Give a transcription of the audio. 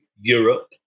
Europe